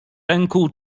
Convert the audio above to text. ręku